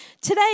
Today